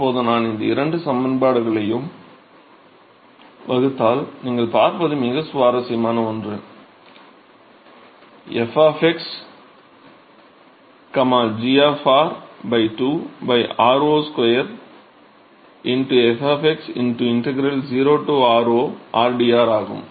இப்போது நான் இந்த 2 சமன்பாடுகளையும் வகுத்தால் நீங்கள் பார்ப்பது மிகவும் சுவாரசியமான ஒன்று f g 2 r0 2 f integral 0 r0 r dr ஆகும்